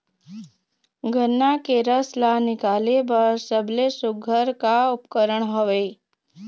गन्ना के रस ला निकाले बर सबले सुघ्घर का उपकरण हवए?